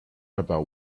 about